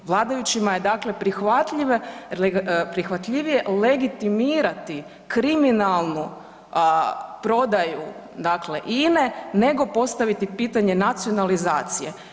Vladajućima je dakle prihvatljivije legitimirati kriminalnu prodaju dakle INA-e nego postaviti pitanje nacionalizacije.